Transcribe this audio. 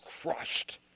crushed